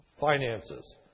finances